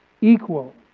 equal